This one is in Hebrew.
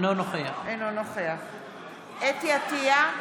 אינו נוכח חוה אתי עטייה,